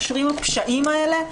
נושרים הפשעים האלה.